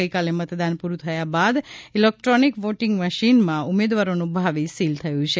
ગઈકાલે મતદાન પૂરું થયા બાદ ઇલેક્ટ્રોનિક વોટીંગ મશીનમાં ઉમેદવારોનું ભાવી સીલ થયું છે